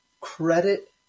credit